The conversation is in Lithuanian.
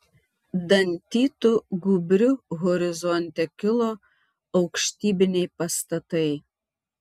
dantytu gūbriu horizonte kilo aukštybiniai pastatai